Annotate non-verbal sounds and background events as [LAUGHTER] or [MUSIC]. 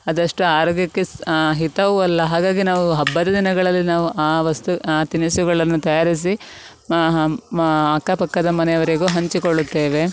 ಅದು ಅಷ್ಟು ಆರೋಗ್ಯಕ್ಕೆ ಸ ಹಿತವು ಅಲ್ಲ ಹಾಗಾಗಿ ನಾವು ಹಬ್ಬದ ದಿನಗಳಲ್ಲಿ ನಾವು ಆ ವಸ್ತು ಆ ತಿನಿಸುಗಳನ್ನು ತಯಾರಿಸಿ [UNINTELLIGIBLE] ಮ ಅಕ್ಕ ಪಕ್ಕದ ಮನೆಯವರಿಗೂ ಹಂಚಿಕೊಳ್ಳುತ್ತೇವೆ